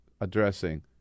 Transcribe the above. addressing